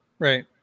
Right